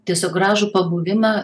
tiesiog gražų pabuvimą